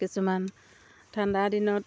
কিছুমান ঠাণ্ডা দিনত